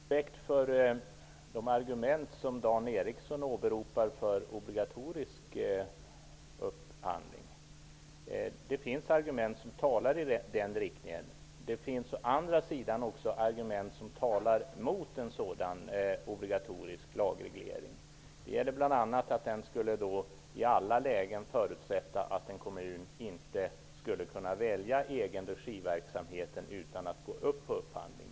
Fru talman! Jag kan ha respekt för de argument som Dan Eriksson i Stockholm åberopar för obligatorisk upphandling. Det finns argument som talar i den riktningen. Det finns också argument som talar mot en lagreglering. Det gäller bl.a. att den i alla lägen skulle förutsätta att en kommun inte kan välja egenregiverksamheten utan att gå in i en upphandling.